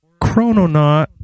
chrononaut